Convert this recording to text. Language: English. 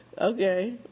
Okay